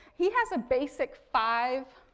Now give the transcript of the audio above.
he has a basic five,